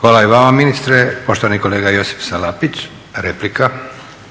**Leko, Josip (SDP)** Hvala i vama ministre. Poštovani kolega Josip Salapić, replika.